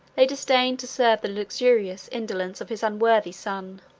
they disdained to serve the luxurious indolence of his unworthy son.